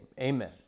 Amen